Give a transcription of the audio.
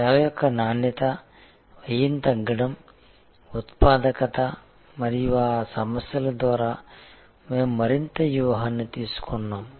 సేవ యొక్క నాణ్యత వ్యయం తగ్గడం ఉత్పాదకత మరియు ఆ సమస్యల ద్వారా మేము మరింత వ్యూహాన్ని తీసుకున్నాము